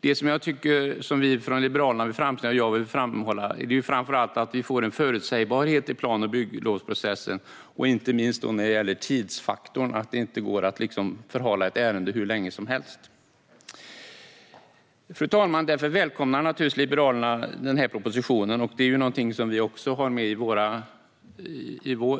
Det som vi från Liberalerna vill framhålla är framför allt att vi ska få en förutsägbarhet i plan och bygglovsprocessen, inte minst när det gäller tidsfaktorn, så att det inte går att förhala ett ärende hur länge som helst. Fru talman! Därför välkomnar Liberalerna naturligtvis denna proposition. Detta är någonting som vi också har med